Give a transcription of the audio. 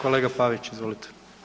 Kolega Pavić, izvolite.